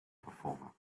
performer